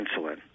insulin